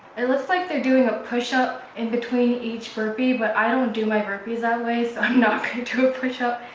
it looks like they're doing a push-up in between each burpee, but i don't do my burpees always. i'm not to approach up